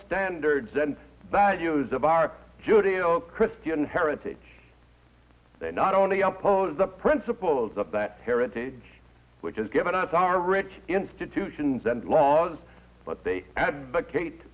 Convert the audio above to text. standards and values of our judeo christian heritage they not only oppose the principles of that heritage which has given us our rich institutions and laws but they advocate